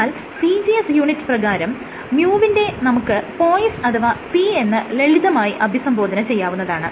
എന്നാൽ CGS unit പ്രകാരം µ വിനെ നമുക്ക് പോയ്സ് അഥവാ P എന്ന് ലളിതമായി അഭിസംബോധന ചെയ്യാവുന്നതാണ്